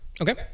okay